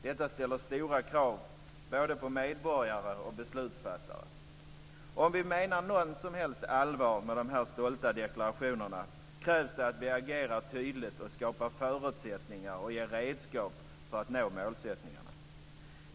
Detta ställer stora krav på både medborgare och beslutsfattare. Om vi menar något som helst allvar med de stolta deklarationerna krävs det att vi agerar tydligt och skapar förutsättningar och ger redskap för att nå målen.